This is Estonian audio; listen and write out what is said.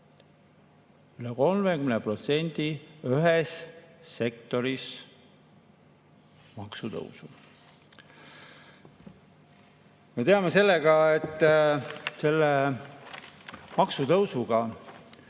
Üle 30% ühes sektoris maksutõusu! Me teame, et selle maksutõusuga